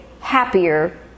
happier